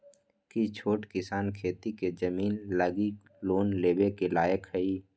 कि छोट किसान खेती के जमीन लागी लोन लेवे के लायक हई?